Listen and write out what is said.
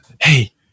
Hey